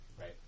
right